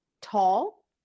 tall